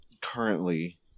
currently